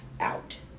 out